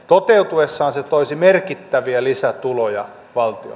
toteutuessaan se toisi merkittäviä lisätuloja valtiolle